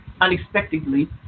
unexpectedly